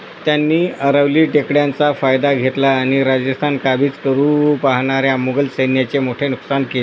त्यांनी अरवली टेकड्यांचा फायदा घेतला आणि राजस्थान काबीज करू पाहणाऱ्या मुघल सैन्याचे मोठे नुकसान केले